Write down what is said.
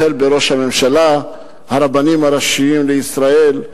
החל בראש הממשלה, הרבנים הראשיים לישראל,